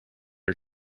are